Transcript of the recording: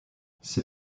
ses